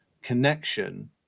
connection